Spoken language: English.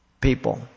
people